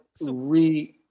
re